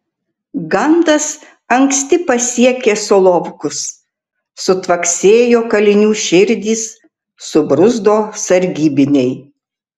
gandas anksti pasiekė solovkus sutvaksėjo kalinių širdys subruzdo sargybiniai